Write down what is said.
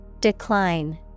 Decline